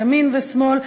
ימין ושמאל,